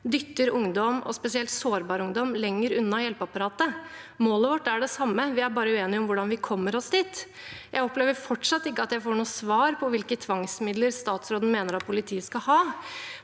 dytter ungdom, og spesielt sårbar ungdom, lenger unna hjelpeapparatet. Målet vårt er det samme, vi er bare uenige om hvordan vi kommer oss dit. Jeg opplever fortsatt ikke at jeg får noe svar på hvilke tvangsmidler statsråden mener at politiet skal ha.